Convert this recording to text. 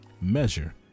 measure